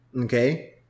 Okay